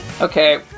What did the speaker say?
Okay